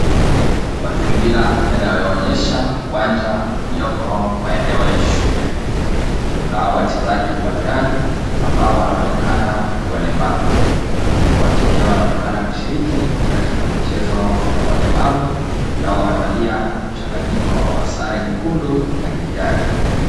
Mazingira haya yanayoonyesha uwanja ulioko maeneo ya shule. Kuna wachezaji uwanjani ambao wanaonekana walemavu. Wote pia wanaonekana kushiriki katika mchezo wa walemavu na wamevalia mchanganyiko wa sare nyekundu na kijani.